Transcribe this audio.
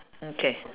okay